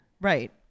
right